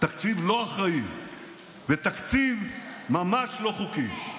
תקציב לא אחראי ותקציב ממש לא חוקי.